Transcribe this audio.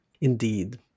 indeed